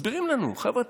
מסבירים לנו: חבר'ה,